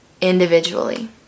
individually